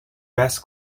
best